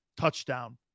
touchdown